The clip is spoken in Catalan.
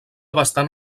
bastant